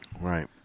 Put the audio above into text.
Right